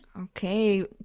Okay